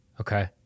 Okay